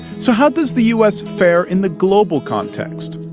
so how does the us fare in the global context?